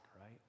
right